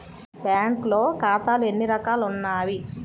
బ్యాంక్లో ఖాతాలు ఎన్ని రకాలు ఉన్నావి?